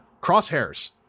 Crosshairs